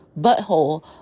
butthole